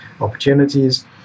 opportunities